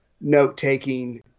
note-taking